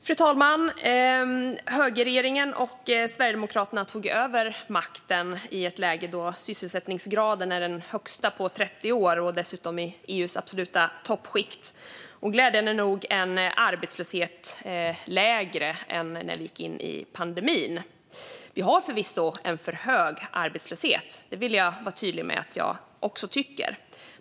Fru talman! Högerregeringen och Sverigedemokraterna har tagit över makten i ett läge då sysselsättningsgraden är den högsta på 30 år och dessutom i EU:s absoluta toppskikt. Glädjande nog är också arbetslösheten lägre än när vi gick in i pandemin. Vi har förvisso för hög arbetslöshet. Det vill jag vara tydlig med att jag också tycker.